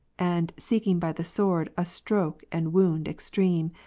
and seeking by the sword a stroke and wound extreme,